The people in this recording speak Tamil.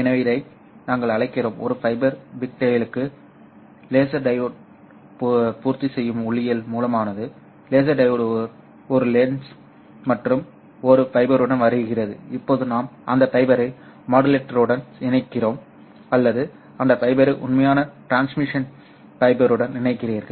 எனவே இதை நாங்கள் அழைக்கிறோம் ஒரு ஃபைபர் பிக்டெயிலாக லேசர் டையோடு பூர்த்தி செய்யும் ஒளியியல் மூலமானது லேசர் டையோடு ஒரு லென்ஸ் மற்றும் ஒரு ஃபைபருடன் வருகிறது இப்போது நாம் அந்த ஃபைபரை மாடுலேட்டருடன் இணைக்கிறோம் அல்லது அந்த ஃபைபரை உண்மையான டிரான்ஸ்மிஷன் ஃபைபருடன் இணைக்கிறீர்கள்